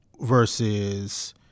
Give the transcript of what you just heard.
versus